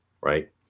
right